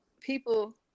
people